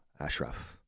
Ashraf